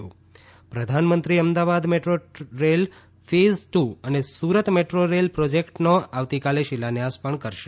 પ્રધાનમંત્રી Ahmedabad metro rail phase two અને Surat metro rail પ્રોજેક્ટનો આવતીકાલે શિલાન્યાસ પણ કરશે